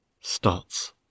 starts